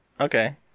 Okay